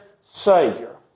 Savior